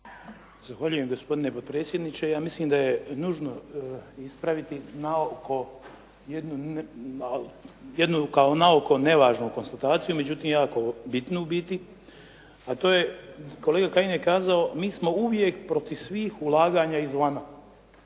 Zahvaljujem gospodine potpredsjedniče. Ja mislim da je nužno ispraviti jednu kao na oko nevažnu konstataciju, međutim jako bitnu u biti, a to je kolega Kajin je kazao mi smo uvijek protiv svih ulaganja izvana.